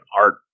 art